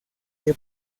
que